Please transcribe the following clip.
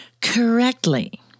correctly